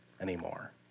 anymore